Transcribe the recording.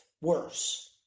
worse